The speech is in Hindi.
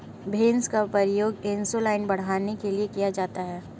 बींस का प्रयोग इंसुलिन बढ़ाने के लिए किया जाता है